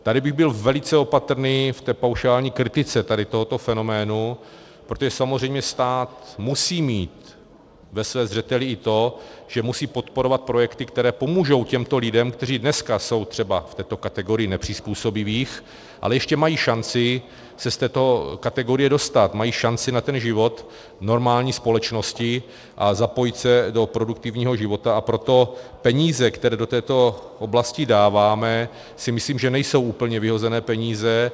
Tady bych byl velice opatrný v té paušální kritice tohoto fenoménu, protože samozřejmě stát musí mít ve své zřeteli i to, že musí podporovat projekty, které pomůžou těmto lidem, kteří dneska jsou třeba v této kategorii nepřizpůsobivých, ale ještě mají šanci se z této kategorie dostat, mají šanci na život v normální společnosti a zapojit se do produktivního života, a proto peníze, které do této oblasti dáváme, si myslím, že nejsou úplně vyhozené peníze.